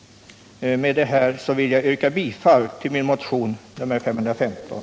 Med det anförda vill jag yrka bifall till min motion 515.